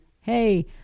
hey